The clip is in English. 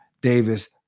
davis